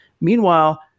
Meanwhile